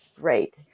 great